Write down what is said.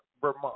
Vermont